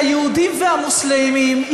היהודים והמוסלמים,